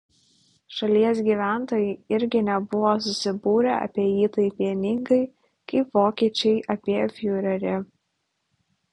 šalies gyventojai irgi nebuvo susibūrę apie jį taip vieningai kaip vokiečiai apie fiurerį